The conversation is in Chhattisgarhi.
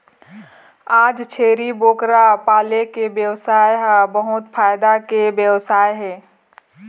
आज छेरी बोकरा पाले के बेवसाय ह बहुत फायदा के बेवसाय हे